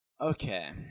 Okay